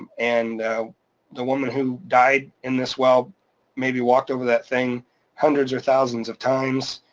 um and the woman who died in this well maybe walked over that thing hundreds or thousands of times,